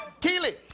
Keely